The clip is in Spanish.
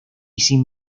sin